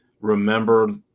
remember